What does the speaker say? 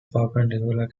perpendicular